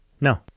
No